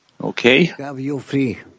Okay